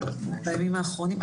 בימים האחרונים?